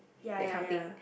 that kind of thing